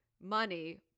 money